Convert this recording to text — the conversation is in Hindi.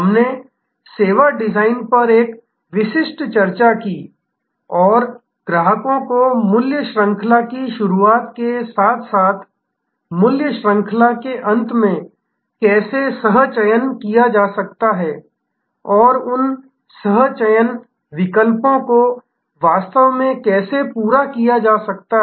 हमने सेवा डिजाइन पर एक विशिष्ट चर्चा की और ग्राहकों को मूल्य श्रृंखला की शुरुआत के साथ साथ मूल्य श्रृंखला के अंत में कैसे सह चयन किया जा सकता है और उन सह विकल्पों को वास्तव में कैसे पूरा किया जा सकता है